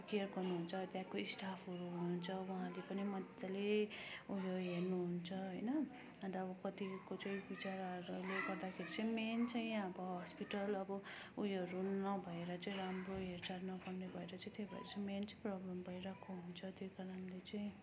अब केयर गर्नुहुन्छ त्यहाँको स्टाफहरू हुनुहुन्छ उहाँहरूले पनि मजाले उयो हेर्नुहुन्छ होइन अन्त अब कतिको चाहिँ विचाराहरूले गर्दाखेरि चाहिँ मेन चाहिँ अब हस्पिटल अब उयोहरू नभएर चाहिँ राम्रो हेरचार नगर्ने भएर चाहिँ त्यही भएर चाहिँ मेन चाहिँ प्रब्लम भइरहेको हुन्छ त्यही कारणले चाहिँ